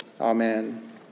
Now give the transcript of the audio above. Amen